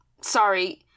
Sorry